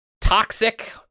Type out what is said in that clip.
toxic